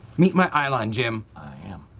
meet my eye line jim. i am.